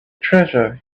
treasure